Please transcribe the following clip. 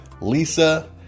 Lisa